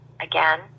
again